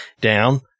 down